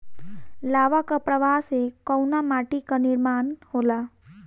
लावा क प्रवाह से कउना माटी क निर्माण होला?